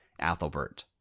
Athelbert